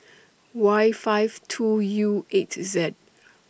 Y five two U eight Z